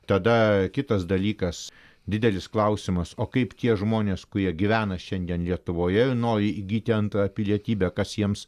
tada kitas dalykas didelis klausimas o kaip tie žmonės kurie gyvena šiandien lietuvoje ir nori įgyti antrą pilietybę kas jiems